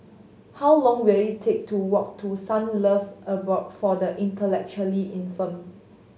how long will it take to walk to Sunlove Abode for the Intellectually Infirmed